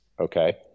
okay